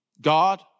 God